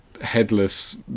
headless